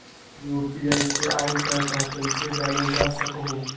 UPI से आईल पैसा कईसे जानल जा सकहु?